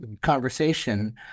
conversation